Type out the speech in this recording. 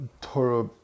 Torah